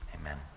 Amen